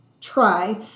try